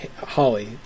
Holly